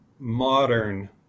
modern